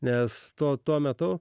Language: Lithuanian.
nes to tuo metu